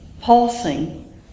pulsing